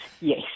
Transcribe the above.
yes